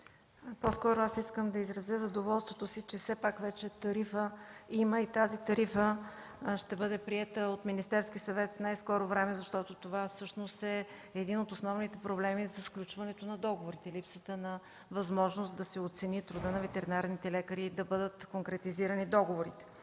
По-скоро аз искам да изразя задоволството си, че все пак вече има тарифа и тя ще бъде приета от Министерския съвет в най-скоро време, защото това всъщност е един от основните проблеми за сключването на договорите – липсата на възможност да се оцени трудът на ветеринарните лекари и да бъдат конкретизирани договорите.